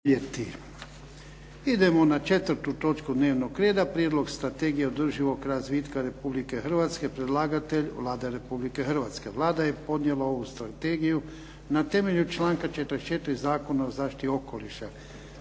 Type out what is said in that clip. Idemo na 4. točku dnevnog reda. - Prijedlog strategije održivog razvitka Republike Hrvatske Predlagatelj je Vlada Republike Hrvatske. Vlada je podnijela ovu Strategiju na temelju članka 44. Zakona o zaštiti okoliša.